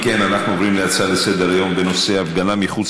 נעבור להצעות לסדר-היום בנושא: הפגנה מחוץ